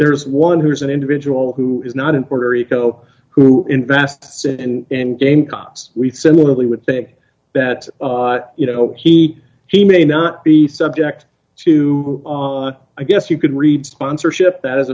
there is one who is an individual who is not in puerto rico who invests and game cops we similarly would say that you know he he may not be subject to on i guess you could read sponsorship that